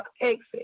exit